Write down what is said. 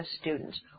students